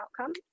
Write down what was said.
outcome